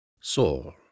Saul